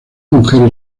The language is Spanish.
mujer